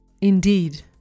Indeed